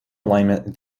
alignment